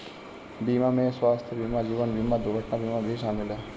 बीमा में स्वास्थय बीमा जीवन बिमा दुर्घटना बीमा भी शामिल है